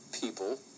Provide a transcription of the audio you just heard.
people